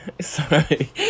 Sorry